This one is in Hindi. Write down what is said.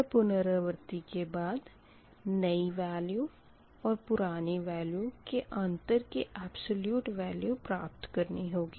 हर पुनरावर्ती के बाद नई वेल्यू और पुरानी वेल्यू के अंतर की अबसोल्यूट वेल्यू प्राप्त करनी होगी